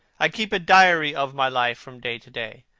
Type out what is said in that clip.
i keep a diary of my life from day to day,